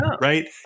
right